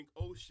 Ocean